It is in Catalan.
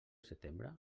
setembre